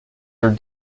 are